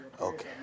Okay